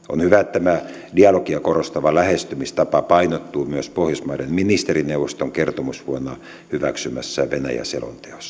tämä dialogia korostava lähestymistapa painottuu myös pohjoismaiden ministerineuvoston kertomusvuonna hyväksymässä venäjä selonteossa